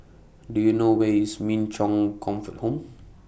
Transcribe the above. Do YOU know Where IS Min Chong Comfort Home